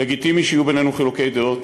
לגיטימי שיהיו בינינו חילוקי דעות,